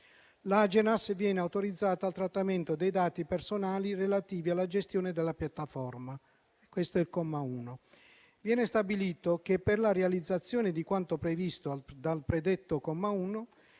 L'Agenas viene autorizzata al trattamento dei dati personali relativi alla gestione della piattaforma: questo è il comma 1. Al comma 2 viene stabilito che per la realizzazione di quanto previsto al comma 1,